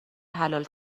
حلال